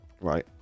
right